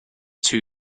two